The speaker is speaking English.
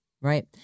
right